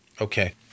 Okay